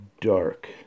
dark